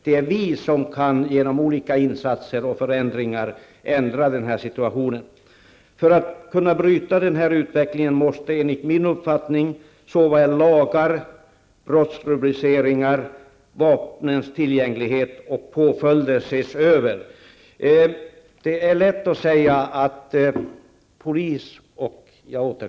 Det är vi som genom olika insatser och förändringar kan ändra situationen. För att kunna bryta denna utveckling måste enligt min uppfattning såväl lagar, brottsrubriceringar, vapentillgängligheten som påföljderna ses över.